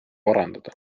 parandada